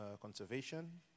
conservation